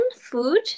food